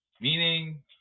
Meaning